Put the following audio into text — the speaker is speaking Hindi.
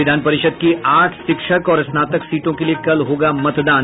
विधान परिषद् की आठ शिक्षक और स्नातक सीटों के लिये कल होगा मतदान